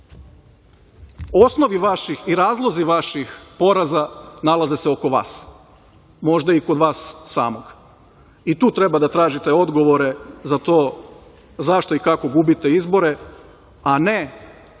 osnovi i razlozi vaših poraza nalaze se oko vas, možda i kod vas samog. I tu treba da tražite odgovore za to zašto i kako gubite izbore, a ne